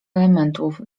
elementów